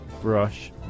brush